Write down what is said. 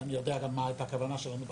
ואני גם יודע מה הייתה הכוונה שלנו בחוק.